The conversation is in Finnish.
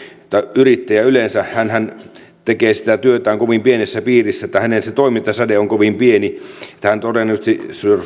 yrittäjä tekee sitä työtään kovin pienessä piirissä että hänen toimintasäteensä on kovin pieni hän todennäköisesti